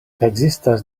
ekzistas